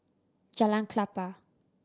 Jalan Klapa